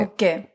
Okay